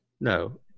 No